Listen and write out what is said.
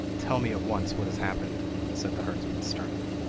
tell me at once what has happened said the herdsman sternly.